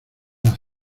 las